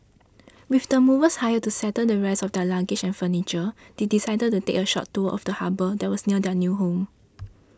with the movers hired to settle the rest of their luggage and furniture they decided to take a short tour first of the harbour that was near their new home